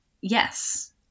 Yes